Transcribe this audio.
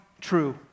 true